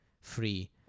free